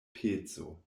peco